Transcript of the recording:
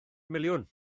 miliwn